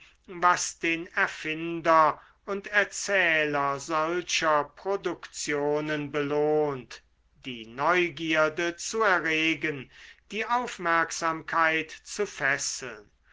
was den erfinder und erzähler solcher produktionen belohnt die neugierde zu erregen die aufmerksamkeit zu fesseln